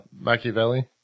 Machiavelli